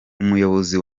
umuyobozi